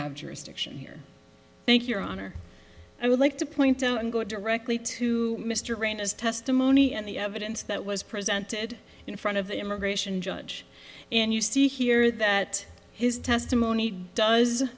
have jurisdiction here thank your honor i would like to point out and go directly to mr grant his testimony and the evidence that was presented in front of the immigration judge and you see here that his testimony does